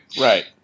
Right